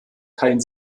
kein